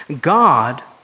God